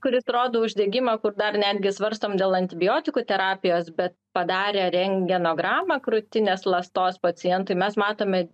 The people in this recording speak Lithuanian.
kuris rodo uždegimą kur dar netgi svarstom dėl antibiotikų terapijos bet padarę rentgenogramą krūtinės ląstos pacientui mes matome